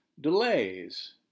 delays